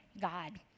God